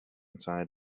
entire